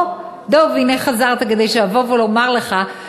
אוה, דב, הנה חזרת, כדי שאבוא ואומר לך,